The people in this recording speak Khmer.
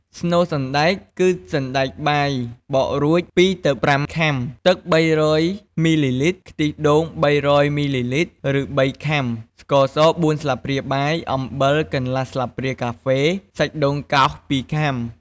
ស្នូលសណ្តែក គឺសណ្ដែកបាយបករួច ២ ទៅ ៥ ខាំ ទឹក ៣០០ មីលីលីត្រ ខ្ទះដូង ៣០០ មីលីលីត្រ រឺ ៣ ខាំ ស្ករស ៤ ស្លាបព្រាបាយ អំបិល កន្លះ ស្លាបព្រាកាហ្វេ សាច់ដូងកោស ២ ខាំ។